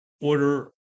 order